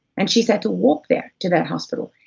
and she's had to walk there, to that hospital.